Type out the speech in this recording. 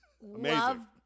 love